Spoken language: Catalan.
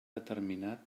determinat